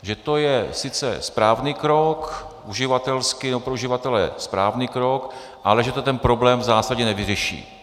Že to je sice správný krok, uživatelsky, pro uživatele správný krok, ale že to ten problém v zásadě nevyřeší.